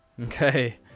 Okay